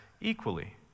equally